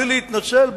בלי להתנצל,